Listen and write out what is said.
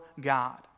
God